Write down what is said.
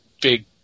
big